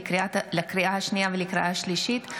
לקריאה השנייה ולקריאה השלישית,